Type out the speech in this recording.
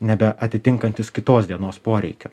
nebe atitinkantis kitos dienos poreikio